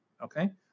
Okay